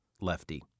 Lefty